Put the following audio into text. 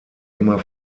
immer